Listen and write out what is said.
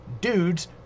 dudes